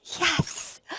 yes